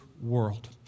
world